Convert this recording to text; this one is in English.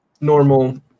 normal